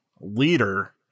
leader